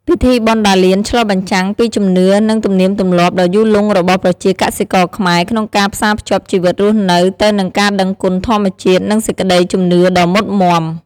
ពិធីបុណ្យដារលានឆ្លុះបញ្ចាំងពី ជំនឿ និងទំនៀមទម្លាប់ ដ៏យូរលង់របស់ប្រជាកសិករខ្មែរក្នុងការផ្សារភ្ជាប់ជីវិតរស់នៅទៅនឹងការដឹងគុណធម្មជាតិ និងសេចក្ដីជំនឿដ៏មុតមាំ។